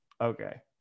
Okay